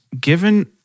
given